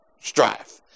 strife